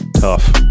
tough